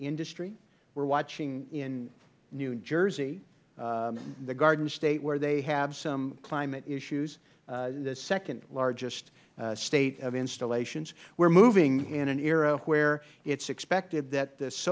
industry we are watching in new jersey the garden state where they have some climate issues the second largest state of installations we are moving in an era where it is expected that th